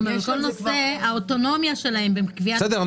גם על כל נושא האוטונומיה שלהם בקביעת --- בסדר.